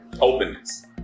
openness